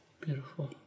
Beautiful